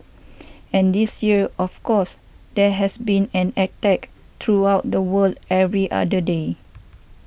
and this year of course there has been an attack throughout the world every other day